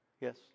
Yes